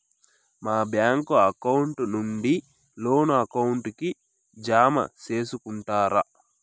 మా bank account నుండి loan account కి జామ సేసుకుంటారా?